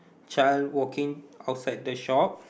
child walking outside the shop